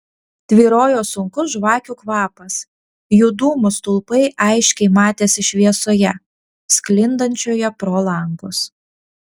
tvyrojo sunkus žvakių kvapas jų dūmų stulpai aiškiai matėsi šviesoje sklindančioje pro langus